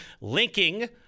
linking